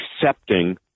accepting